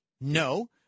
No